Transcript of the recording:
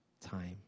time